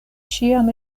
ĉiam